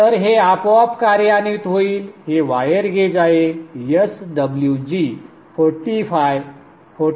तर हे आपोआप कार्यान्वित होईल हे वायर गेज आहेत swg 45 44